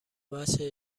وجه